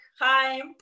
Hi